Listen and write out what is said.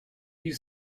you